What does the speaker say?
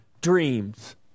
dreams